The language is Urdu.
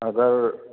اگر